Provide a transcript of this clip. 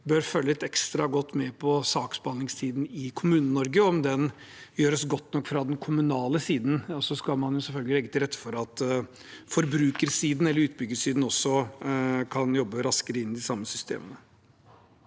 bør følge litt ekstra godt med på saksbehandlingstiden i Kommune-Norge og om den gjøres godt nok fra den kommunale siden. Så skal man selvfølgelig legge til rette for at forbrukersiden, eller utbyggersiden, kan jobbe raskere i de samme systemene.